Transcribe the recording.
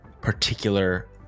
particular